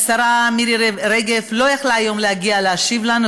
השרה מירי רגב לא יכולה היום להשיב לנו,